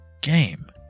game